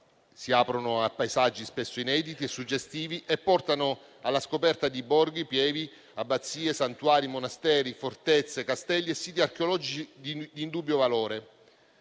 si aprono a paesaggi spesso inediti e suggestivi e portano alla scoperta di borghi, pievi, abbazie, santuari, monasteri, fortezze, castelli e siti archeologici di indubbio valore.